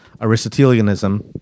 Aristotelianism